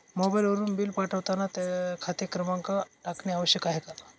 मोबाईलवरून बिल पाठवताना खाते क्रमांक टाकणे आवश्यक आहे का?